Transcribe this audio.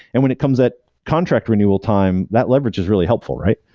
and when it comes at contract renewal time, that leverage is really helpful, right?